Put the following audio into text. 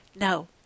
No